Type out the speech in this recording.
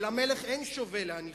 ולמלך אין שווה להניחם.